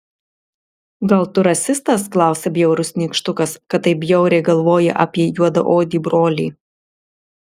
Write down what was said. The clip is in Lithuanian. gal tu rasistas klausia bjaurus nykštukas kad taip bjauriai galvoji apie juodaodį brolį